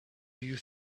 you